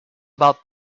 about